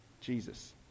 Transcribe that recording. Jesus